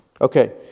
Okay